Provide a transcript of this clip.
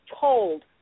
told